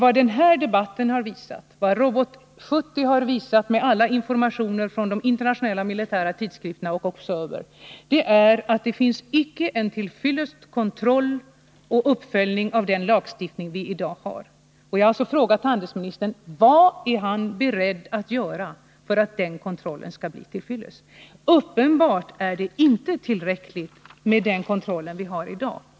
Vad den här debatten har visat, vad fallet Robot 70 har visat med alla informationer från de internationella militära tidskrifterna och Observer, är att det icke finns en tillfredsställande kontroll och uppföljning av den lagstiftning vi i dag har. Jag har frågat handelsministern vad han är beredd att göra för att kontrollen skall bli till fyllest. Uppenbart är det inte tillräckligt med den kontroll vi har i dag.